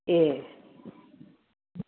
ए